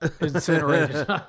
incinerated